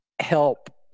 help